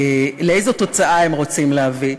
לאיזו תוצאה הם רוצים להביא?